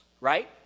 right